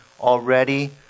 already